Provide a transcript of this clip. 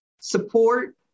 support